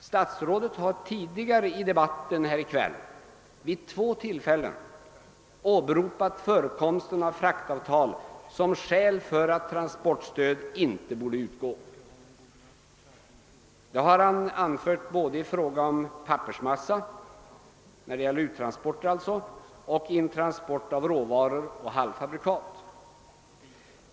Statsrådet har tidigare i debatten i kväll vid två tillfällen åberopat förekomsten av fraktavtal som skäl för att transportstöd inte borde utgå. Han har anfört detta både i fråga om uttransporter av pappersmassa och intransporter av råvaror och halvfabrikat.